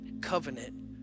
covenant